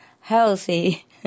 healthy